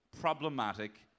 problematic